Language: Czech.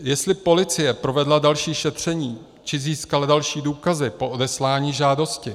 Jestli policie provedla další šetření či získala další důkazy po odeslání žádosti.